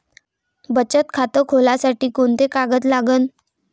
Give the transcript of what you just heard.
बचत खात खोलासाठी कोंते कागद लागन?